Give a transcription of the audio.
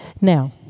Now